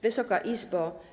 Wysoka Izbo!